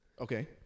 Okay